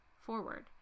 forward